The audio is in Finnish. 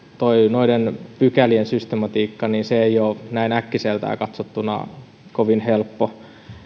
noiden pykälien systematiikka ei ole näin äkkiseltään katsottuna kovin helppo